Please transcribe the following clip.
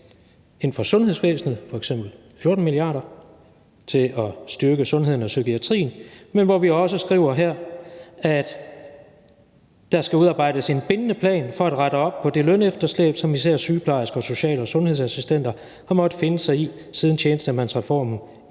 inden for sundhedsvæsenet f.eks. 14 mia. kr. til at styrke sundheden og psykiatrien – men vi skriver også, at der skal udarbejdes en bindende plan for at rette op på det lønefterslæb, som vi ser sygeplejersker og social- og sundhedsassistenter har måttet finde sig i siden tjenestemandsreformen i